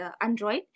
Android